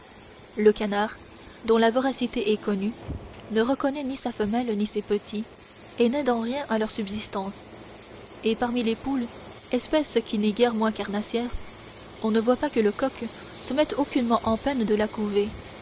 le canard dont la voracité est connue ne reconnaît ni sa femelle ni ses petits et n'aide en rien à leur subsistance et parmi les poules espèce qui n'est guère moins carnassière on ne voit pas que le coq se mette aucunement en peine de